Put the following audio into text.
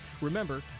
remember